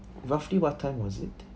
roughly what time was it